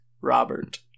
Robert